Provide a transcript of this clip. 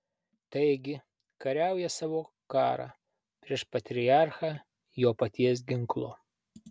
taigi kariauja savo karą prieš patriarchą jo paties ginklu